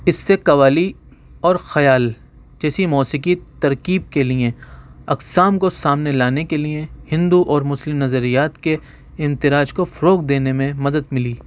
اس سے قوالی اور خیال جیسی موسیقی ترکیب کے لئے اقسام کو سامنے لانے کے لیے ہندو اور مُسلم نظریات کے اندراج کو فروغ دینے میں مدد مِلی